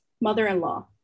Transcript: mother-in-law